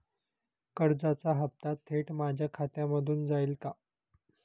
कर्जाचा हप्ता थेट माझ्या खात्यामधून जाईल का?